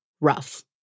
rough